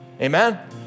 Amen